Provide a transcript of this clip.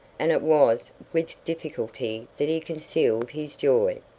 and it was with difficulty that he concealed his joy.